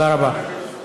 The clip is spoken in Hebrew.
תודה רבה.